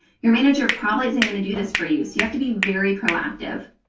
your manager probably isn't going to do this for you, so you have to be very proactive.